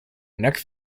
neck